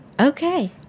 Okay